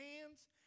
hands